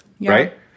right